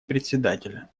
председателя